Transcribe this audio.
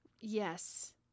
Yes